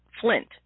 Flint